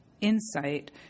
insight